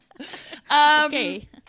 Okay